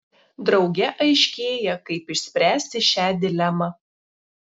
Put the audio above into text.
drauge aiškėja kaip išspręsti šią dilemą